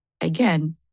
again